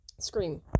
scream